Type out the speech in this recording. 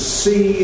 see